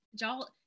y'all